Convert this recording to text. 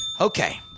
Okay